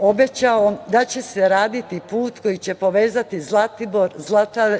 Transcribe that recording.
obećao da će se raditi put koji će povezati Zlatibor, Zlatar